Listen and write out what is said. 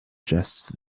just